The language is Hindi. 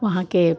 वहाँ के